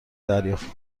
دریافت